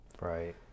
Right